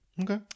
okay